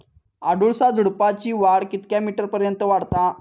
अडुळसा झुडूपाची वाढ कितक्या मीटर पर्यंत वाढता?